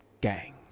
Gang